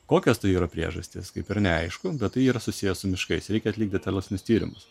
kokios tai yra priežastys kaip ir neaišku bet tai yra susiję su miškais reikia atlikti detalesnius tyrimus